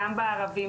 גם בערבים,